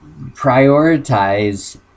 prioritize